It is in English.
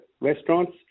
restaurants